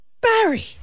Barry